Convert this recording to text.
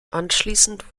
anschließend